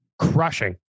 crushing